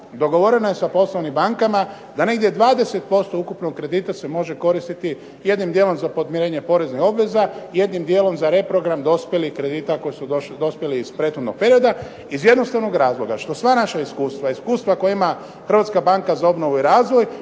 dogovoreno je sa poslovnim bankama da negdje 20% ukupnog kredita se može koristiti jednim dijelom za podmirenje poreznih obveza, jednim dijelom za reprogram dospjelih kredita koji su dospjeli iz prethodnog perioda iz jednostavnog razloga što sva naša iskustva, iskustva koja ima Hrvatska banka za obnovu i razvoj